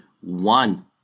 one